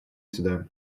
сюда